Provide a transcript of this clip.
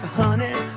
honey